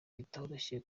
bitoroshye